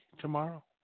tomorrow